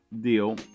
deal